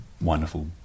wonderful